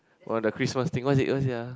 on the Christmas thing what's it what's it ah